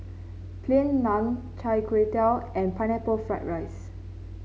Plain Naan Chai Tow Kway and Pineapple Fried Rice